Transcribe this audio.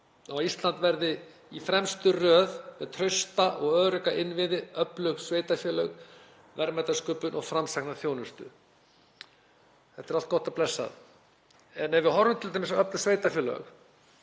að Ísland verði í fremstu röð með trausta og örugga innviði, öflug sveitarfélög, verðmætasköpun og framsækna þjónustu. Þetta er allt gott og blessað, en ef við horfum t.d. á öflug sveitarfélög,